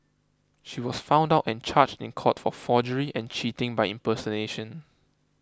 she was found out and charged in court for forgery and cheating by impersonation